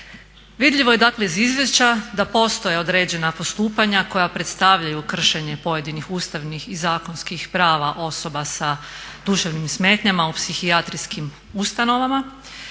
Vidljivo je dakle iz izvješća da postoje određena postupanja koja predstavljaju kršenje pojedinih ustavnih i zakonskih prava osoba sa duševnim smetnjama u psihijatrijskim ustanovama.